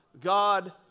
God